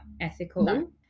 ethical